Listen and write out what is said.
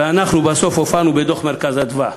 ואנחנו בסוף הופענו בדוח "מרכז אדוה".